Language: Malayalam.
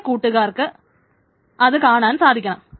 നമ്മുടെ കൂട്ടുകാർക്ക് അത് കാണാൻ സാധിക്കണം